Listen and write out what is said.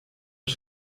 els